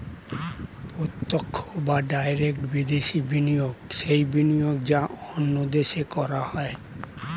প্রত্যক্ষ বা ডাইরেক্ট বিদেশি বিনিয়োগ সেই বিনিয়োগ যা অন্য দেশে করা হয়